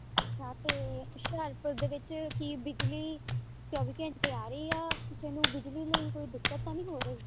ਅੱਛਾ ਅਤੇ ਹੁਸ਼ਿਆਰਪੁਰ ਦੇ ਵਿੱਚ ਕੀ ਬਿਜਲੀ ਚੌਵੀ ਘੰਟੇ ਆ ਰਹੀ ਆ ਕਿਸੇ ਨੂੰ ਬਿਜਲੀ ਲਈ ਕੋਈ ਦਿੱਕਤ ਤਾਂ ਨਹੀਂ ਹੋ ਰਹੀ